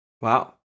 Wow